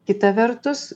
kita vertus